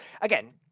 again